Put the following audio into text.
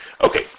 Okay